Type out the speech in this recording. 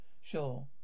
sure